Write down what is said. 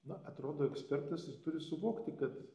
na atrodo ekspertas jis turi suvokti kad